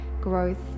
growth